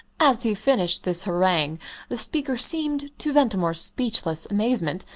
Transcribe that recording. as he finished this harangue the speaker seemed, to ventimore's speechless amazement,